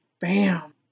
Bam